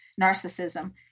narcissism